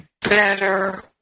better